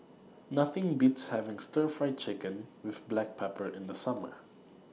Nothing Beats having Stir Fried Chicken with Black Pepper in The Summer